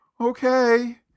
okay